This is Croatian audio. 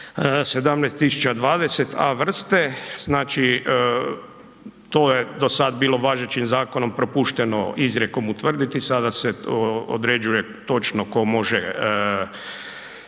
17020 A-vrste, znači, to je do sad bilo važećim zakonom propušteno izrijekom utvrditi, sada se određuje točno tko može